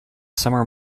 summer